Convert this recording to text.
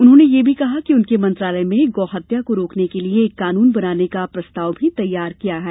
उन्होंने यह भी कहा कि उनके मंत्रालय में गौ हत्या को रोकने के लिये एक कानून बनाने का प्रस्ताव भी तैयार किया है